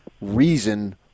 reason